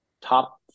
top